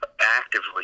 actively